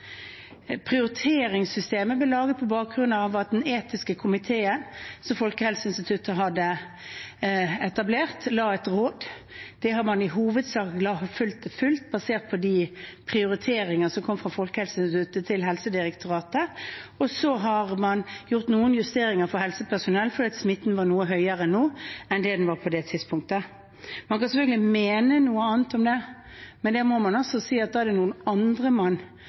Prioriteringssystemet ble laget på bakgrunn av at den etiske komiteen som Folkehelseinstituttet etablerte, ga et råd. Det har man i hovedsak fulgt, basert på de prioriteringer som kom fra Folkehelseinstituttet til Helsedirektoratet, og så har man gjort noen justeringer for helsepersonell fordi smitten er noe høyere nå enn den var på det tidspunktet. Man kan selvfølgelig mene noe annet om det, men da er det noen andre man vurderer som mindre nødvendige å gi vaksine til akkurat nå – hvis man skal løfte opp andre